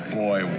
boy